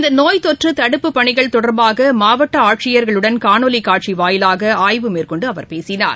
இந்தநோய் தொற்றுதடுப்புப் பணிகள் தொடர்பாகமாவட்டஆட்சியர்களுடன் காணொலிகாட்சிவாயிலாகஆய்வு மேற்கொண்டுஅவர் பேசினார்